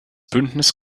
bündnis